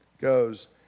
goes